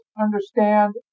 understand